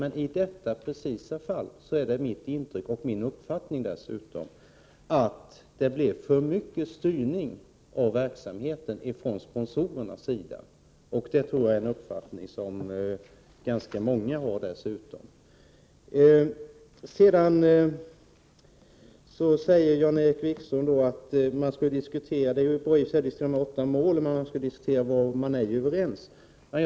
Men i just det fallet är det mitt intryck — och dessutom min uppfattning — att verksamheten för mycket styrdes av sponsorerna. Det tror jag dessutom är en uppfattning som ganska många har. Jan-Erik Wikström sade att det i och för sig är bra att diskutera de åtta kulturpolitiska målen men att man framför allt skall diskutera det man inte är överens om.